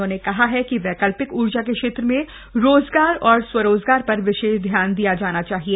उन्होंने कहा कि वैकल्पिक ऊर्जा के क्षेत्र में रोजगार और स्वरोजगार पर भी विशेष ध्यान दिया जाना चाहिए